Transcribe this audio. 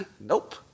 Nope